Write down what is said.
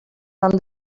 tant